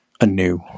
anew